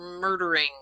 murdering